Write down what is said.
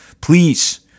please